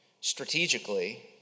strategically